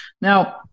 Now